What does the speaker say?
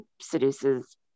seduces